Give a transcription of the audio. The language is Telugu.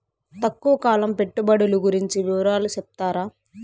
తక్కువ కాలం పెట్టుబడులు గురించి వివరాలు సెప్తారా?